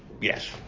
Yes